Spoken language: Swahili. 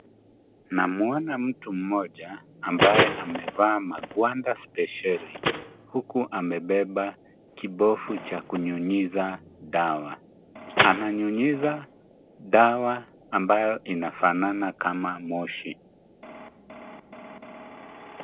Namwona mtu mmoja ambaye amevaa maguanda spesheli, huku amebeba kibofu cha kunyunyiza dawa. Ananyunyiza dawa ambayo inafanana kama moshi.